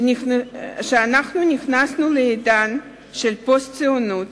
שאנו נכנסנו לעידן של פוסט-ציונות